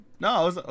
No